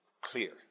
Clear